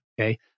Okay